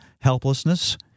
helplessness